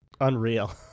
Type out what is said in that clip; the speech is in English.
Unreal